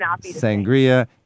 Sangria